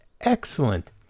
excellent